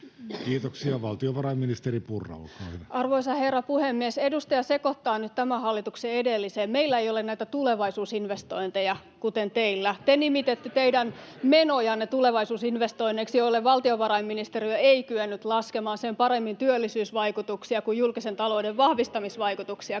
Kiitoksia. — Valtiovarainministeri Purra, olkaa hyvä. Arvoisa herra puhemies! Edustaja sekoittaa nyt tämän hallituksen edelliseen: meillä ei ole näitä tulevaisuusinvestointeja kuten teillä. Te nimititte tulevaisuusinvestoinneiksi teidän menojanne, joille valtiovarainministeriö ei kyennyt laskemaan sen paremmin työllisyysvaikutuksia kuin julkisen talouden vahvistamisvaikutuksiakaan.